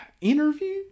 interview